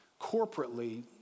corporately